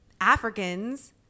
Africans